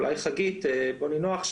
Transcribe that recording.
אולי חגית בוני נח,